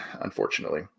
Unfortunately